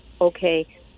okay